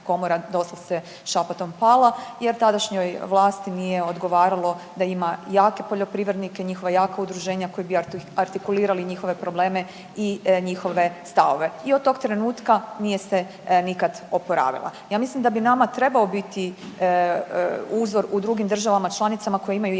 komora doslovce šapatom pala, jer tadašnjoj vlasti nije odgovaralo da ima jake poljoprivrednike, njihova jaka udruženja koji bi artikulirali njihove probleme i njihove stavove. I od tog trenutka nije se nikad oporavila. Ja mislim da bi nama trebao biti uzor u drugim državama članicama koje imaju jake